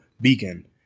beacon